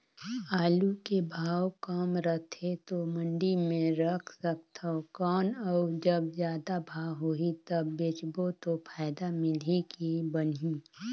आलू के भाव कम रथे तो मंडी मे रख सकथव कौन अउ जब जादा भाव होही तब बेचबो तो फायदा मिलही की बनही?